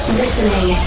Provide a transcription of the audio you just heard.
listening